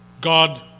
God